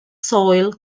soil